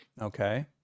Okay